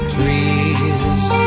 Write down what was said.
Please